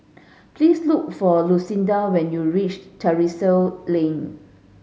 please look for Lucindy when you reach Terrasse Lane